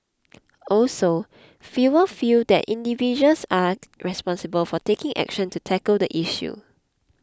also fewer feel that individuals are responsible for taking action to tackle the issue